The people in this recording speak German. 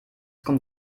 kommt